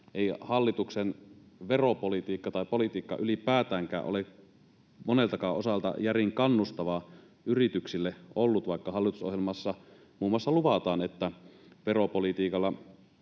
ei hallituksen veropolitiikka tai politiikka ylipäätäänkään ole moneltakaan osalta järin kannustavaa yrityksille ollut, vaikka hallitusohjelmassa luvataan muun muassa, että hallituksen